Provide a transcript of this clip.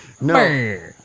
No